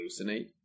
hallucinate